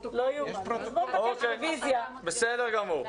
בסדר גמור.